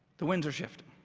the winds are shifting.